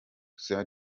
izamu